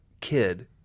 kid